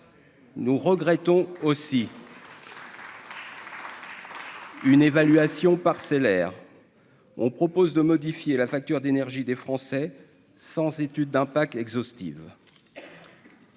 Nous regrettons aussi. Une évaluation parcellaire. On propose de modifier la facture d'énergie des Français sans étude d'un pack exhaustive.